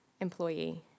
employee